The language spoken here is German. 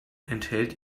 enthält